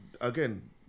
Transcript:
again